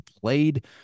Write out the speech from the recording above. played